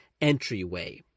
entryway